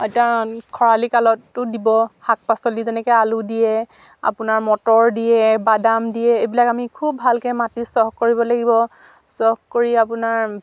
খৰালি কালতো দিব শাক পাচলি যেনেকে আলু দিয়ে আপোনাৰ মটৰ দিয়ে বাদাম দিয়ে এইবিলাক আমি খুব ভালকে মাটি চহ কৰিব লাগিব চহ কৰি আপোনাৰ